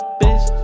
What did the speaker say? bitch